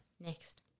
Next